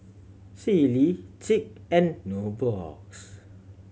Sealy Schick and Nubox